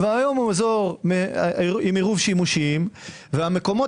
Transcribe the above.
והיום הוא אזור עם עירוב שימושים והמקומות